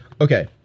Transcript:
Okay